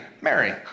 Mary